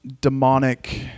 demonic